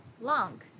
long